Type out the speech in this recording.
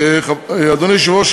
אדוני היושב-ראש,